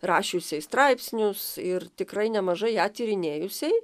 rašiusiai straipsnius ir tikrai nemažai ją tyrinėjusiai